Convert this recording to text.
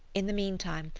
in the meantime,